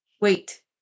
wait